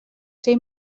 ser